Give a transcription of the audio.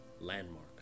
landmark